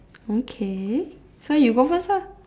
okay so you go first lah